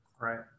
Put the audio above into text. Right